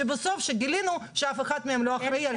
כשבסוף גילינו שאף אחד מהם לא אחראי על שום דבר.